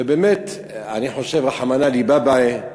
ובאמת, אני חושב, רחמנא ליבא בעי,